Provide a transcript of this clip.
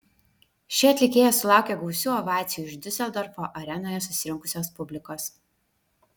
ši atlikėja sulaukė gausių ovacijų iš diuseldorfo arenoje susirinkusios publikos